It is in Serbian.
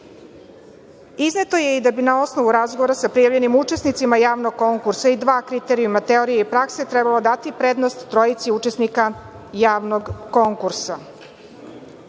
je i da bi, na osnovu razgovora sa prijavljenim učesnicima javnog konkursa i dva kriterijuma teorije i prakse, trebalo dati prednost trojici učesnika javnog konkursa.